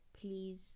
please